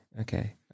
okay